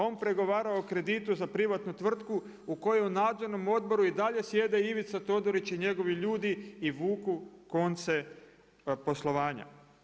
On pregovara o kreditu za privatnu tvrtku u kojoj u Nadzornom odboru i dalje sjede Ivica Todorić i njegovi ljudi i vuku konce poslovanja.